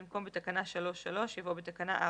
במקום "בתקנה 3(3)"יבוא "בתקנה 4(3)".